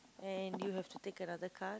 and you have to take another card